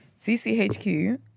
CCHQ